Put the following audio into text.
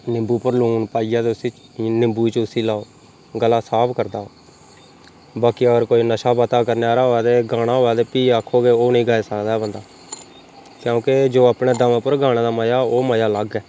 निम्बू उप्पर लून पाइयै ते उसी निम्बू गी चुसी लैओ गला साफ करदा बाकी अगर कोई नशा पता करने आह्ला होऐ ते गाना होऐ ते फ्ही आक्खो के ओह् नेईं गाई सकदा बन्दा क्योंकि जो अपने दम उप्पर गाने दा मजा ओह् मजा अलग ऐ